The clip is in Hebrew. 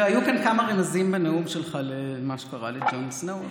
היו כמה רמזים בנאום שלך למה שקרה לג'ון סנואו,